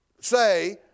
say